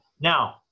Now